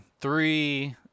three